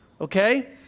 Okay